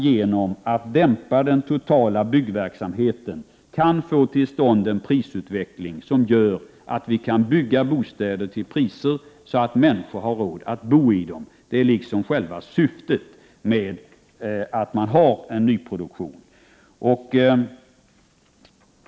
Genom att dämpa den totala byggverksamheten kan man få till stånd en prisutveckling som medför att vi kan bygga bostäder till priser som gör att människor har råd att bo i dem. Det är själva syftet med en nyproduktion.